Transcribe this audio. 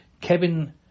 Kevin